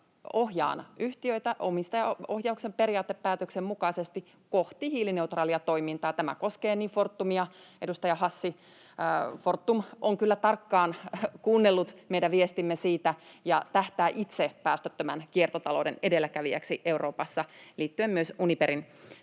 ohjaan yhtiöitä omistajaohjauksen periaatepäätöksen mukaisesti kohti hiilineutraalia toimintaa. Tämä koskee Fortumia, edustaja Hassi. Fortum on kyllä tarkkaan kuunnellut meidän viestimme ja tähtää itse päästöttömän kiertotalouden edelläkävijäksi Euroopassa liittyen myös Uniperin